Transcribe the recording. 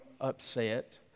upset